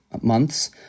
months